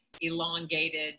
elongated